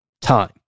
time